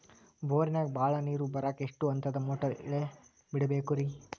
ಬೋರಿನಾಗ ಬಹಳ ನೇರು ಬರಾಕ ಎಷ್ಟು ಹಂತದ ಮೋಟಾರ್ ಇಳೆ ಬಿಡಬೇಕು ರಿ?